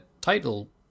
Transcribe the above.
title